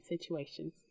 situations